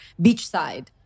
beachside